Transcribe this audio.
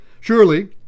Surely